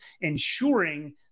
ensuring